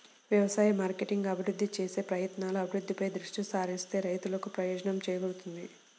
వ్యవసాయ మార్కెటింగ్ అభివృద్ధి చేసే ప్రయత్నాలు, అభివృద్ధిపై దృష్టి సారిస్తే రైతులకు ప్రయోజనం చేకూరుతుంది